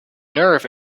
nerve